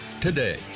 today